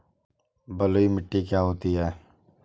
बलुइ मिट्टी क्या होती हैं?